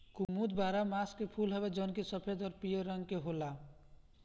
कुमुद बारहमासा फूल हवे जवन की सफ़ेद अउरी पियर रंग के होला